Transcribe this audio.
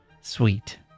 sweet